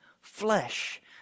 flesh